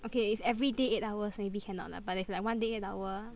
okay if everyday eight hours maybe cannot lah but if like one day eight hour